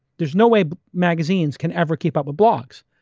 there's no way magazines can ever keep up with blogs.